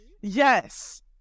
Yes